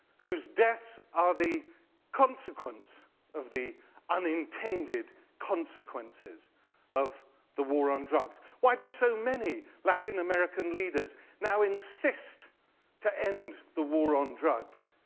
whose deaths are the consequence of the unintended consequences of the war on drugs. why do so many latin american leaders now insist to end the war on drugs?